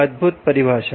अद्भुत परिभाषा